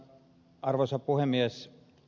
arvoisa puhemies